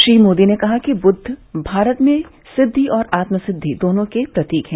श्री मोदी ने कहा कि बुद्व भारत में सिद्धि और आत्म सिद्धि दोनों के प्रतीक हैं